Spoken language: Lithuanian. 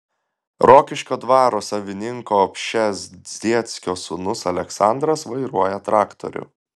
rokiškio dvaro savininko pšezdzieckio sūnus aleksandras vairuoja traktorių